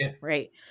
Right